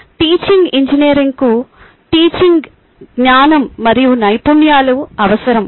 teaching ఇంజనీరింగ్కు టీచింగ్పై జ్ఞానం మరియు నైపుణ్యాలు అవసరం